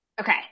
Okay